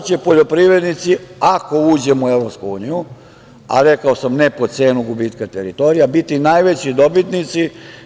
I zato će poljoprivrednici, ako uđemo u EU, a rekao sam - ne po cenu gubitka teritorije, biti najveći dobitnici.